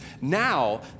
Now